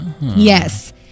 Yes